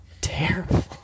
terrible